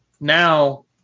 now